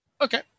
Okay